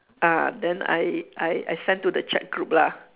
uh then I I I send to the chat group lah